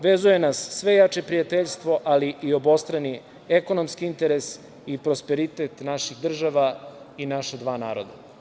Vezuje nas sve jače prijateljstvo, ali i obostrani ekonomski interes i prosperitet naših država i naša dva naroda.